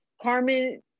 Carmen